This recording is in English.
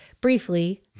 briefly